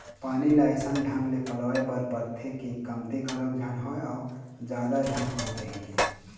पानी ल अइसन ढंग के पलोय बर परथे के कमती घलोक झन होवय अउ जादा झन होवय कहिके